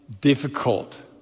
difficult